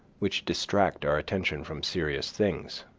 which distract our attention from serious things.